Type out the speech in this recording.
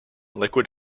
liquid